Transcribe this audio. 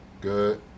Good